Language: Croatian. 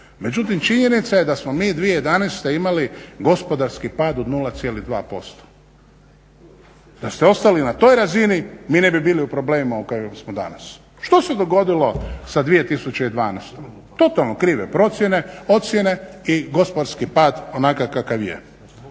međutim činjenica je da smo mi 2011. imali gospodarski pad od 0,2%. Da ste ostali na toj razini mi ne bi bili u problemima u kojima smo danas. Što se dogodilo sa 2012.? Totalno krive procjene, ocjene i gospodarski pad onakav kakav je.